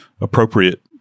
appropriate